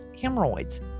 hemorrhoids